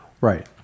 Right